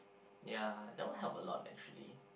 ya that would help a lot actually